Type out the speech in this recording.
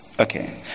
Okay